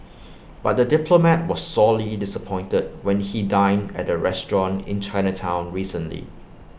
but the diplomat was sorely disappointed when he dined at the restaurant in Chinatown recently